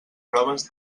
proves